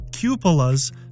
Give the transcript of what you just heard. cupolas